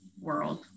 world